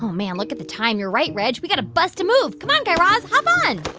man. look at the time. you're right, reg. we got to bust a move. come on, guy raz. hop on.